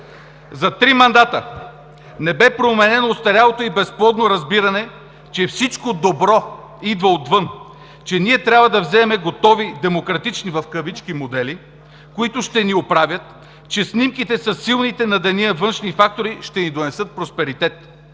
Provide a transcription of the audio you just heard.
За три мандата не бе променено остарялото и безплодно разбиране, че всичко добро идва отвън, че ние трябва да вземем готови демократични в кавички модели, които ще ни оправят, че снимките със силните на деня външни фактори ще ни донесат просперитет.